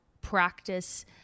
practice